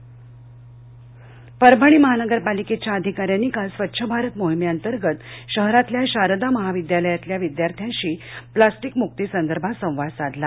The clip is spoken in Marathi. परभणी परभणी महानगरपलिकेच्या अधिकाऱ्यांनी काल स्वच्छ भारत मोहिमे अंतर्गत शहरातल्या शारदा महाविद्यालयातल्या विद्यार्थ्यांशी प्लास्टीक मुक्ती संदर्भात संवाद साधला